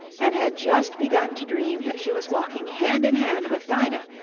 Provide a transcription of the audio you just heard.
and had just begun to dream that she was walking hand in hand with dinah,